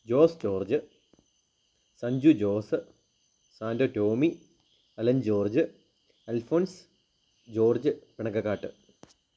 Jose George Sanju Jose Santo Tomy Alan George Alphonse George Pinakkakkattu